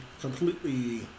completely